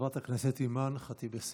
חברת הכנסת אימאן ח'טיב יאסין,